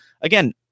again